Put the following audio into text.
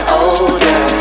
older